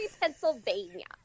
Pennsylvania